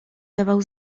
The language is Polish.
dawał